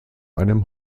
einem